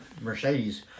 Mercedes